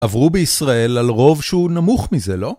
עברו בישראל על רוב שהוא נמוך מזה, לא?